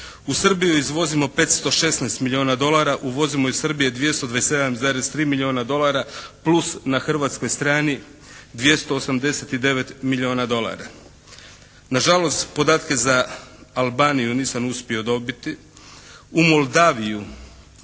U Srbiju izvozimo 516 milijuna dolara. Uvozimo iz Srbije 227,3 milijuna dolara plus na hrvatskoj strani 289 milijuna dolara. Nažalost podatke za Albaniju nisam uspio dobiti. U Moldaviju